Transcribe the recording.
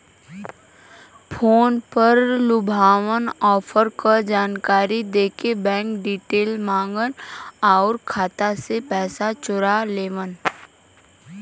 phone पर लुभावना offer क जानकारी देके बैंक डिटेल माँगन आउर खाता से पैसा चोरा लेवलन